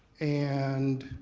and